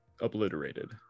obliterated